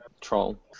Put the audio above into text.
Troll